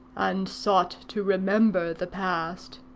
and sought to remember the past.